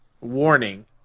warning